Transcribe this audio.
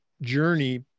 journey